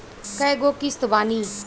कय गो किस्त बानी?